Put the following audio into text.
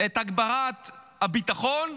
את הגברת הביטחון.